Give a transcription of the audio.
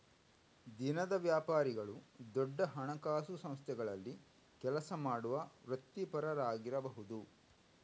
ದಿನದ ವ್ಯಾಪಾರಿಗಳು ದೊಡ್ಡ ಹಣಕಾಸು ಸಂಸ್ಥೆಗಳಲ್ಲಿ ಕೆಲಸ ಮಾಡುವ ವೃತ್ತಿಪರರಾಗಿರಬಹುದು